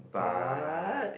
but